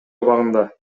абагында